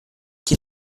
chi